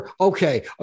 Okay